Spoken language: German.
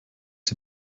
die